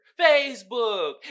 Facebook